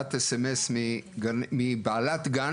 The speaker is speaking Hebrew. הודעת SMS מבעלת גן